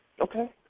Okay